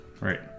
right